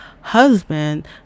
husband